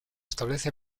establece